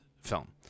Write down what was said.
film